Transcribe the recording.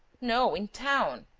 no, in town.